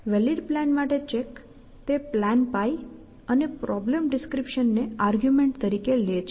valid plan માટે check તે plan π અને પ્રોબ્લેમ ડિસ્ક્રિપ્શન ને આર્ગ્યુમેન્ટ તરીકે લે છે